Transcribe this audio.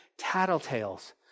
tattletales